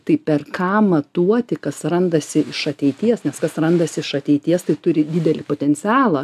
tai per ką matuoti kas randasi iš ateities nes kas randasi iš ateities tai turi didelį potencialą